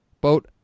Boat